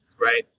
right